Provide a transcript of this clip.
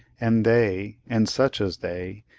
and they, and such as they,